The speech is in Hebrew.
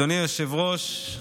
אדוני היושב-ראש,